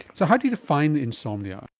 so how do you define insomnia?